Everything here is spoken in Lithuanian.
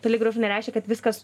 toli gražu nereiškia kad viskas